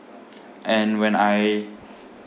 and when I